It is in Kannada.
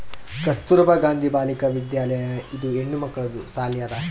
ಕಸ್ತೂರ್ಬಾ ಗಾಂಧಿ ಬಾಲಿಕಾ ವಿದ್ಯಾಲಯ ಇದು ಹೆಣ್ಮಕ್ಕಳದು ಸಾಲಿ ಅದಾ